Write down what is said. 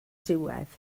diwedd